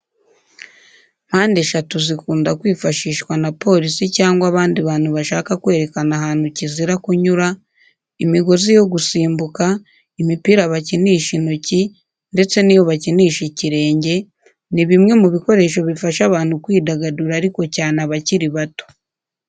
Mpande eshatu zikunda kwifashishwa na polisi cyangwa abandi bantu bashaka kwerekana ahantu kizira kunyura, imigozi yo gusimbuka, imipira bakinisha intoki ndetse n'iyo bakinisha ikirenge ni bimwe mu bikoresho bifasha abantu kwidagadura ariko cyane abakiri bato.